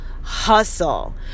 hustle